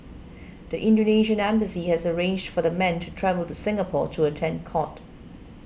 the Indonesian embassy had arranged for the men to travel to Singapore to attend court